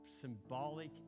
symbolic